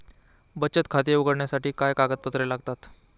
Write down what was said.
बचत खाते उघडण्यासाठी काय कागदपत्रे लागतात?